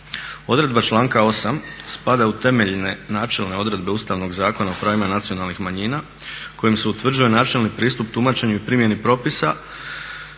Odredba članka 8. spada u temeljne, načelne odredbe Ustavnog zakona o pravima nacionalnih manjina kojim se utvrđuje načelni pristup tumačenju i primjeni propisa